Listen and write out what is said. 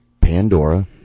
Pandora